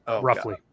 roughly